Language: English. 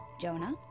Jonah